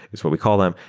that's what we call them,